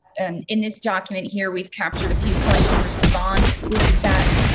and in this document here, we've captured a few points in response, which is that.